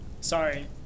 Sorry